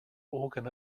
organ